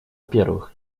первых